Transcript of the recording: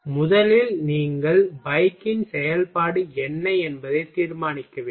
முதலில் நீங்கள் பைக்கின் செயல்பாடு என்ன என்பதை தீர்மானிக்க வேண்டும்